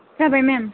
जाबाय मेम